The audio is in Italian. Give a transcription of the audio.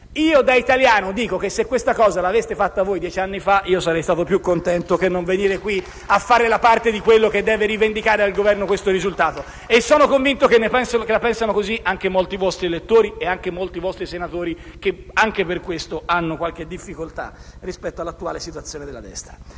Io da italiano dico che se questa cosa l'aveste fatta voi dieci anni fa, sarei stato più contento che non venire qui a fare la parte di quello che deve rivendicare al Governo questo risultato. *(Applausi dal Gruppo PD)*. E sono convinto che la pensino così anche molti vostri elettori e anche molti vostri senatori che, anche per questo, hanno qualche difficoltà rispetto all'attuale situazione della destra.